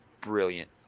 brilliant